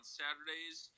saturdays